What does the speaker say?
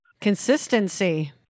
consistency